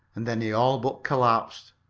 and then he all but collapsed.